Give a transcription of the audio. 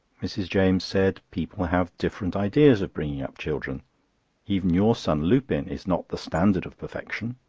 mrs. james said. people have different ideas of bringing up children even your son lupin is not the standard of perfection.